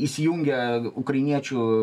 įsijungia ukrainiečių